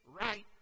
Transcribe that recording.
right